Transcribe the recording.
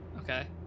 okay